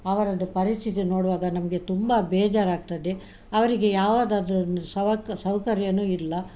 ಅವರದ್ದು ಪರಿಸ್ಥಿತಿ ನೋಡುವಾಗ ನಮಗೆ ತುಂಬಾ ಬೇಜಾರಾಗ್ತದೆ ಅವರಿಗೆ ಯಾವದಾದರೂ ಒಂದು ಸವಕ್ ಸೌಕರ್ಯನು ಇಲ್ಲ